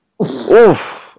Oof